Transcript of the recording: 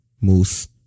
Moose